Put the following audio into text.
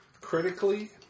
critically